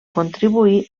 contribuir